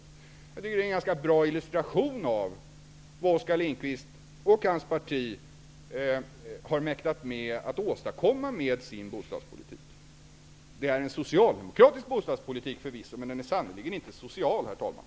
Jag tycker att detta är en ganska bra illustration av vad Oskar Lindkvist och hans parti har mäktat med att åstadkomma med sin bostadspolitik. Det är förvisso en socialdemokratisk bostadspolitik, men den är sannerligen inte social, herr talman.